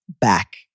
back